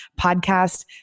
podcast